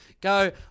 go